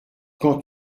quand